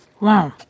Wow